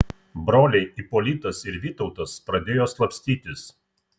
broliai ipolitas ir vytautas pradėjo slapstytis